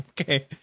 Okay